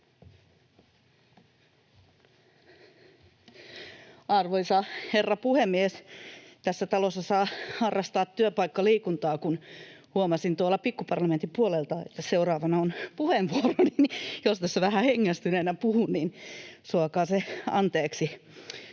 Arvoisa herra puhemies! Tässä talossa saa harrastaa työpaikkaliikuntaa: huomasin tuolla Pikkuparlamentin puolella, että seuraavana on puheenvuoroni, joten jos tässä vähän hengästyneenä puhun, niin suokaa se anteeksi.